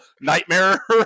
nightmare